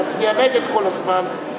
להצביע נגד כל הזמן.